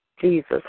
Jesus